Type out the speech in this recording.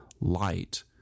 light